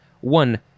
One